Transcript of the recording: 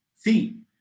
theme